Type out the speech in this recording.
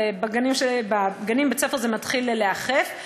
ובגנים ובבתי-הספר זה מתחיל להיאכף.